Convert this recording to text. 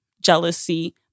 jealousy